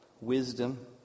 Wisdom